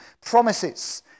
promises